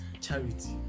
charity